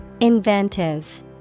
Inventive